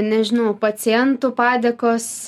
nežinau pacientų padėkos